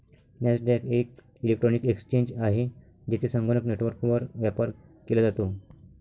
Nasdaq एक electronic exchange आहे, जेथे संगणक नेटवर्कवर व्यापार केला जातो